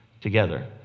together